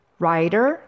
writer